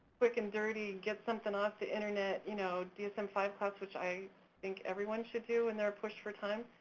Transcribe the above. quick and dirty, get something off the internet, you know dsm five class, which i think everyone should do in their push for time.